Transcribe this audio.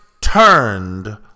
turned